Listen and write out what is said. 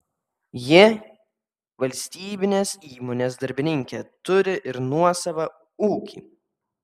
ji valstybinės įmonės darbininkė turi ir nuosavą ūkį